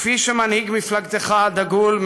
תמיכה כפי שמנהיג מפלגתך הדגול,